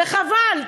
וחבל.